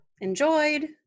enjoyed